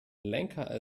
lenker